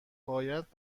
باید